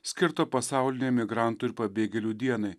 skirto pasaulinei migrantų ir pabėgėlių dienai